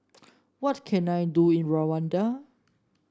what can I do in Rwanda